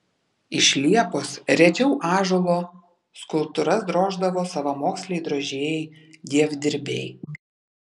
iš liepos rečiau ąžuolo skulptūras droždavo savamoksliai drožėjai dievdirbiai